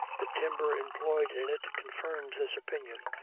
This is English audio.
the timber employed in it confirms this opinion,